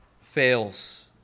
fails